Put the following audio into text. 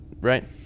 right